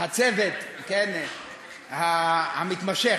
הצוות המתמשך.